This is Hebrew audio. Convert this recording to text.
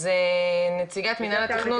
אז נציגת מינהל התכנון.